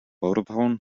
vodafone